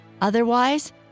Otherwise